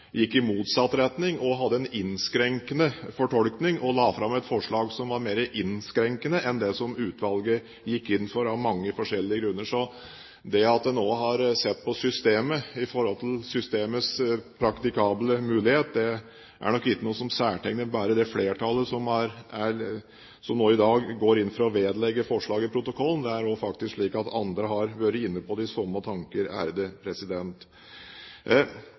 gikk i motsatt retning, hadde en innskrenkende fortolkning og la fram et forslag som var mer innskrenkende enn det som utvalget gikk inn for av mange forskjellige grunner. Så det at en også har sett på systemet når det gjelder systemets praktikable mulighet, er nok ikke noe som særtegner bare det flertallet som i dag går inn for at forslaget vedlegges protokollen. Det er faktisk slik at andre har vært inne på de samme tanker.